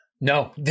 No